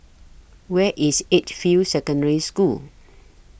Where IS Edgefield Secondary School